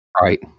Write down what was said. Right